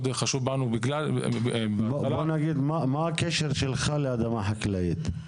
מה הקשר שלך לאדמה חקלאית?